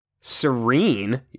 Serene